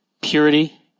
purity